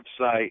website